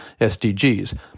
SDGs